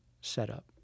setup